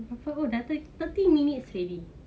oh dah thir~ thirty minutes already